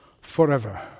forever